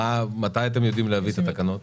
מתי אתם יודעים להביא את התקנות?